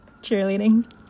cheerleading